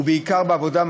בעיקר בעבודה,